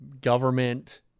government